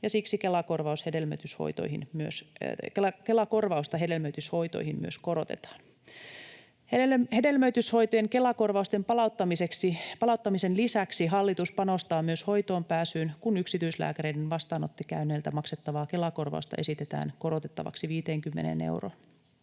siksi Kela-korvausta hedelmöityshoitoihin myös korotetaan. Hedelmöityshoitojen Kela-korvausten palauttamisen lisäksi hallitus panostaa myös hoitoonpääsyyn, kun yksityislääkäreiden vastaanottokäynneiltä maksettavaa Kela-korvausta esitetään korotettavaksi 50 euroon.